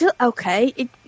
Okay